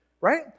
right